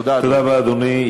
תודה, אדוני.